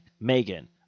Megan